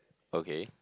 okay